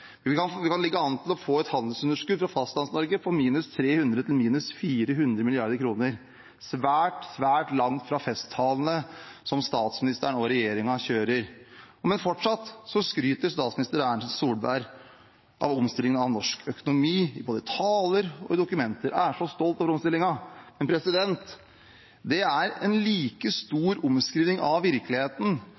Vi kan ligge an til å få et handelsunderskudd for Fastlands-Norge på minus 300–400 mrd. kr – svært langt fra festtalene som statsministeren og regjeringen kjører. Men fortsatt skryter statsminister Erna Solberg av omstillingen av norsk økonomi i både taler og dokumenter – hun er så stolt over omstillingen. Det er en like stor omskriving av virkeligheten